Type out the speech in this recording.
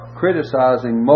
criticizing